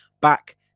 back